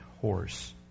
horse